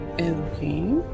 Okay